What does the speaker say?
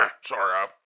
sorry